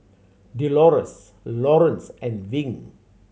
Delores Laurence and Wing